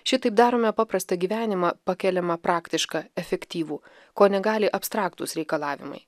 šitaip darome paprastą gyvenimą pakėlimą praktišką efektyvų ko negali abstraktūs reikalavimai